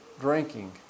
drinking